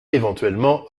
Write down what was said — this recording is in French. éventuellement